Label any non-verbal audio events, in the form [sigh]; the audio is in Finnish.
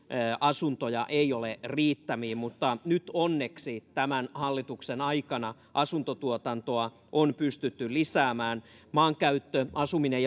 asuntoja ei ole riittämiin mutta onneksi nyt tämän hallituksen aikana asuntotuotantoa on pystytty lisäämään maankäyttö asuminen [unintelligible]